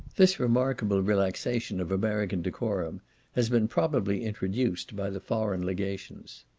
this remarkable relaxation of american decorum has been probably introduced by the foreign legations.